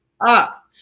up